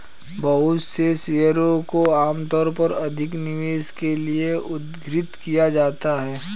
बहुत से शेयरों को आमतौर पर अधिक निवेश के लिये उद्धृत किया जाता है